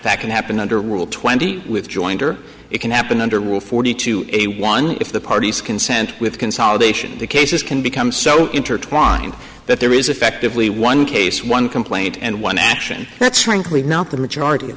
it happened under rule twenty with joint or it can happen under rule forty two a one if the parties consent with consolidation the cases can become so intertwined that there is effectively one case one complaint and one action that's rankly not the majority of